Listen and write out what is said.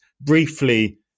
briefly